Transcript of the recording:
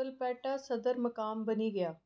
कलपेट्टा सदर मकाम बनी गेआ